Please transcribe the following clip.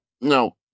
No